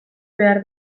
behar